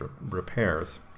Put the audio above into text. repairs